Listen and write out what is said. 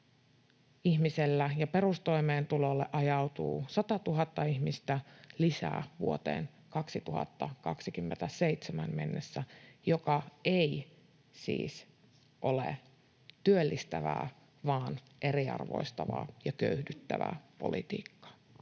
ihmisellä ja perustoimeentulolle ajautuu satatuhatta ihmistä lisää vuoteen 2027 mennessä. Tämä ei siis ole työllistävää vaan eriarvoistavaa ja köyhdyttävää politiikkaa.